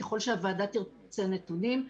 ככול שהוועדה תרצה נתונים,